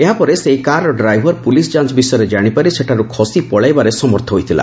ଏହାପରେ ସେହି କାର୍ର ଡ୍ରାଇଭର ପ୍ରଲିସଯାଞ୍ଚ ବିଷୟରେ ଜାଣିପାରି ସେଠାର୍ ଖସି ପଳାଇବାରେ ସମର୍ଥ ହୋଇଥିଲା